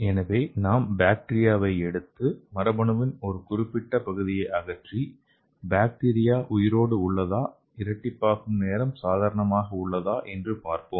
எனவே நாம் பாக்டீரியாவை எடுத்து மரபணுவின் ஒரு குறிப்பிட்ட பகுதியை அகற்றி பாக்டீரியா உயிரோடு உள்ளதா இரட்டிப்பாகும் நேரம் சாதாரணமாக உள்ளதா என்று பார்ப்போம்